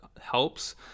helps